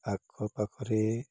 ଆଖ ପାଖରେ